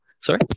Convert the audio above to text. Sorry